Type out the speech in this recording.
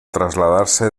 trasladarse